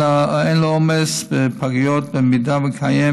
העומס בפגיות, אם הוא קיים,